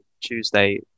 Tuesday